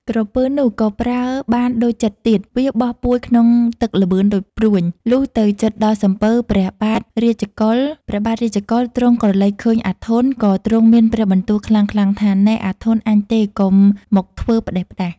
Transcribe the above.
ក្រពើនោះក៏ប្រើបានដូចចិត្តទៀត វាបោះពួយក្នុងទឹកលឿនដូចព្រួញ លុះទៅជិតដល់សំពៅ ព្រះបាទរាជ កុលៗ ទ្រង់ក្រឡេកឃើញ អាធន់ ក៏ទ្រង់មានព្រះបន្ទូលខ្លាំងៗ ថា " នៃ អាធន់ ! អញទេ កុំមកធ្វើផ្តេសផ្តាស " ។